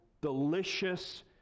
delicious